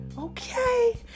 Okay